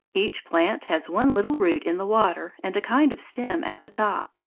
each plant has one little root in the water and a kind of stem at the top.